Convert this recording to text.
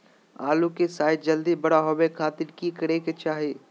आलू के साइज जल्दी बड़ा होबे खातिर की करे के चाही?